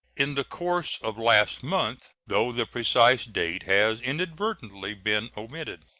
in the course of last month, though the precise date has inadvertently been omitted.